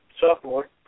sophomore